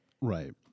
Right